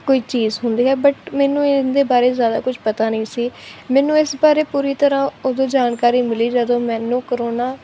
ਕੋਈ ਚੀਜ਼ ਹੁੰਦੀ ਹੈ ਬਟ ਮੈਨੂੰ ਇਹਦੇ ਬਾਰੇ ਜ਼ਿਆਦਾ ਕੁਛ ਪਤਾ ਨਹੀਂ ਸੀ ਮੈਨੂੰ ਇਸ ਬਾਰੇ ਪੂਰੀ ਤਰ੍ਹਾਂ ਉਦੋਂ ਜਾਣਕਾਰੀ ਮਿਲੀ ਜਦੋਂ ਮੈਨੂੰ ਕਰੋਨਾ